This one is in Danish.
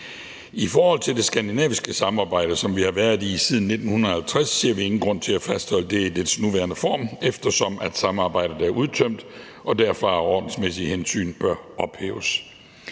I forhold til det skandinaviske samarbejde, som vi har været i siden 1950, ser vi ingen grund til at fastholde det i dets nuværende form, eftersom samarbejdet er udtømt og derfor af ordensmæssige hensyn bør ophæves.